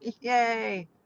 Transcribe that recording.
Yay